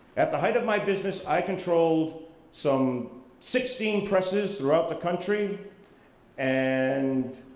at the height of my business, i controlled some sixteen presses throughout the country and